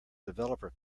developer